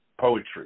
poetry